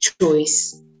choice